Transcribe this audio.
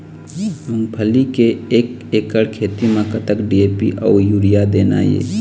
मूंगफली के एक एकड़ खेती म कतक डी.ए.पी अउ यूरिया देना ये?